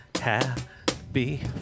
happy